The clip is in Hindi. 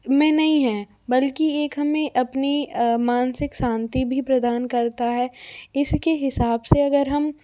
में नहीं है बल्कि एक हमें अपनी मानसिक शान्ति भी प्रदान करता है इसके हिसाब से अगर